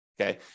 okay